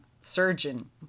surgeon